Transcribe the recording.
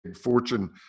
Fortune